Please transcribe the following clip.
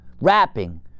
rapping